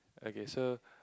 okay so